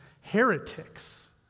heretics